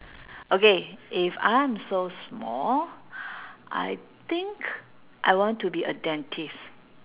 okay if I'm so small I think I want to be a dentist